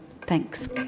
Thanks